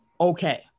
okay